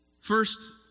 First